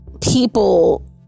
people